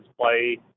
play